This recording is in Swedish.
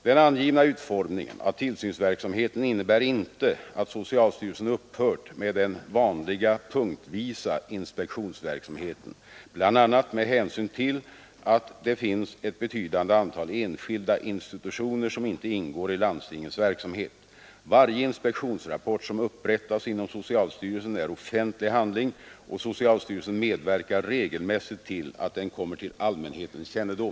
Den angivna utformningen av tillsynsverksamheten innebär inte att socialstyrelsen upphört med den vanliga punktvisa inspektionsverksamheten, bl.a. med hänsyn till att det finns ett betydande antal enskilda institutioner som inte ingår i landstingens verksamhet. Varje inspektionsrapport som upprättas inom socialstyrelsen är offentlig handling, och socialstyrelsen medverkar regelmässigt till att den kommer till allmänhetens kännedom.